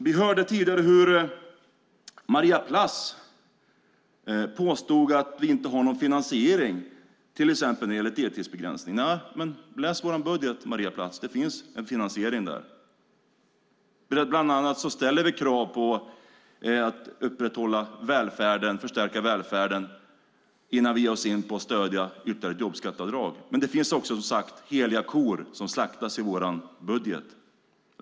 Vi hörde tidigare hur Maria Plass påstod att vi inte har någon finansiering, till exempel när det gäller deltidsbegränsningen. Läs vår budget, Maria Plass! Det finns en finansiering där. Bland annat ställer vi krav på att upprätthålla och förstärka välfärden innan vi ger oss in på att stödja ett ytterligare jobbskatteavdrag. Men det finns också, som sagt, heliga kor som slaktas i vår budget.